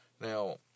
Now